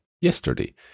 yesterday